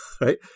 right